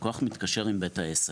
הלקוח מתקשר עם בית העסק,